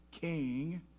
king